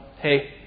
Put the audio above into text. hey